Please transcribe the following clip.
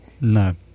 No